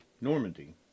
normandy